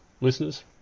listeners